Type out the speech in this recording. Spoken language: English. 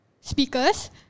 speakers